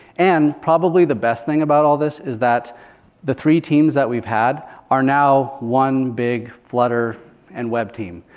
and probably the best thing about all this is that the three teams that we've had are now one big flutter and web team,